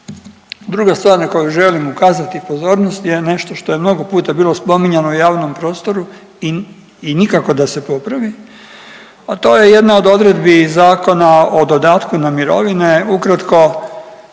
Druga stvar na koju želim ukazati pozornost je nešto što je mnogo puta bilo spominjano u javnom prostoru i nikako da se popravi, a to je jedna od odredbi Zakona o dodatku na mirovine. Ukratko